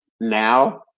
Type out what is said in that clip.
now